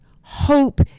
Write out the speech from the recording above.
Hope